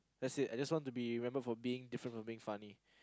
that's it I just want to be remembered for being different for being funny